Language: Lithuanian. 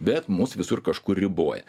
bet mus visur kažkur riboja